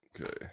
Okay